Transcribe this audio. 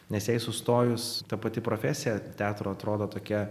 nes jai sustojus ta pati profesija teatro atrodo tokia